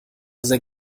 sehr